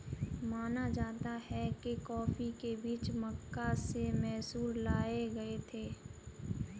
माना जाता है कि कॉफी के बीज मक्का से मैसूर लाए गए थे